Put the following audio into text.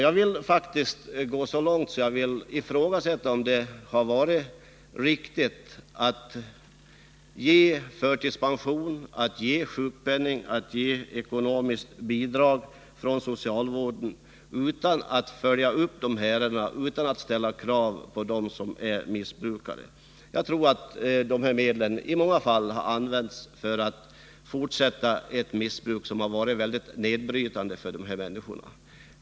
Jag går faktiskt så långt som att ifrågasätta om det har varit riktigt att förtidspensionera missbrukare, att ge dem sjukpenning eller ekonomiska bidrag utan att ställa krav på dem och följa upp vad som händer dem. Jag tror att medlen i många fall har använts till ett fortsatt missbruk, vilket har varit nedbrytande på dessa människor.